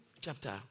chapter